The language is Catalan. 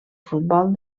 futbol